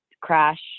crash